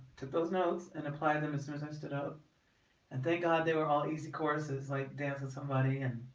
took those notes and apply them as soon as i stood up and thank god they were all easy courses like dance with somebody and